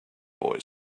boy